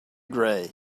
gray